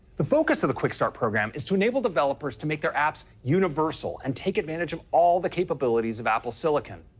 the focus of the quick start program is to enable developers to make their apps universal and take advantage of all the capabilities of apple silicon.